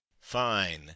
fine